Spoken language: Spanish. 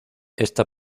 esta